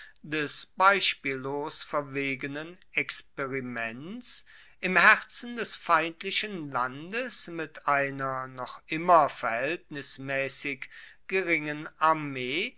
des beispiellos verwegenen experiments im herzen des feindlichen landes mit einer noch immer verhaeltnismaessig geringen armee